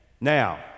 Now